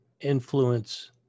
influence